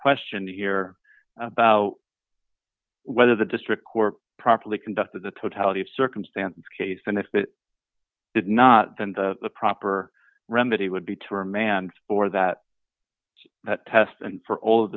question here about whether the district court properly conducted the totality of circumstances case and if that did not then the proper remedy would be to remand for that test and for all of